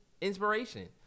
inspiration